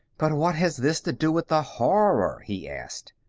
but what has this to do with the horror? he asked.